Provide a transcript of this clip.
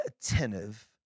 attentive